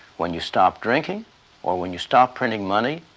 when you stop drinking or when you stop printing money,